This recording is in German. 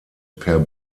per